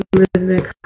rhythmic